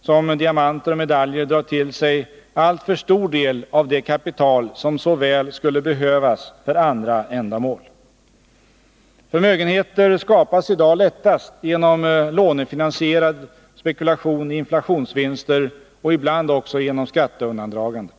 som diamanter och medaljer drar till sig alltför stor del av det kapital som så väl skulle behövas för andra ändamål. Förmögenheter skapas i dag lättast genom lånefinansierad spekulation i inflationsvinster och ibland också genom skatteundandragande.